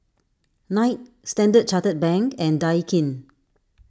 Knight Standard Chartered Bank and Daikin